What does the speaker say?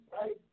right